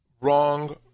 Wrong